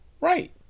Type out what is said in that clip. Right